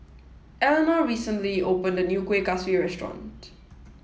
Eleonore recently opened a new Kueh Kaswi Restaurant